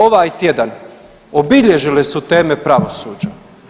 Ovaj tjedan obilježile su teme pravosuđa.